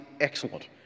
excellent